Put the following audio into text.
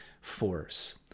force